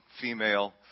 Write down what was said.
female